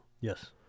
Yes